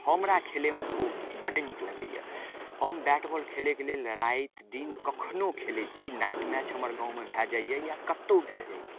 हमरा खेलयमे तऽ ओ बड्ड नीक लगैये हम बैट बॉल खेलयके लेल राति दिन कखनो खेलय छी नाइट मैच हमर गाँवमे भए जाइए या कतौ भए जाइए